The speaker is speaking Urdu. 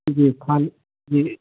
جی خالی جی